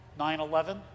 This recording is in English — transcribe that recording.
9-11